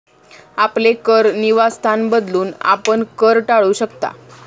आपले कर निवासस्थान बदलून, आपण कर टाळू शकता